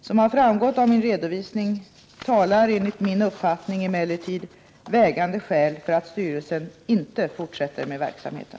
Som har framgått av min redovisning talar enligt min uppfattning emellertid vägande skäl för att styrelsen inte fortsätter med verksamheten.